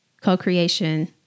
co-creation